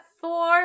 four